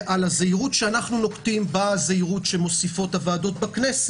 שאנחנו נוקטים באה הזהירות שמוסיפות הוועדות בכנסת,